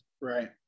Right